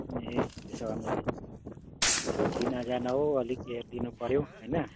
ए त्यसो भने चाहिँ यसो चिनाजान हो अलिक हेरिदिनु पऱ्यो होइन